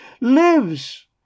lives